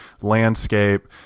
landscape